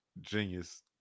genius